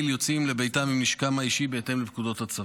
יוצאים לביתם עם נשקם האישי בהתאם לפקודות הצבא.